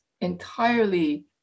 entirely